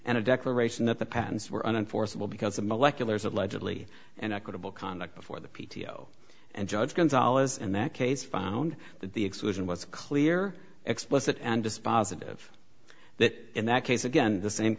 and a declaration that the patents were unenforceable because of molecular is allegedly an equitable conduct before the p t o and judge gonzales and that case found that the exclusion was clear explicit and dispositive that in that case again the same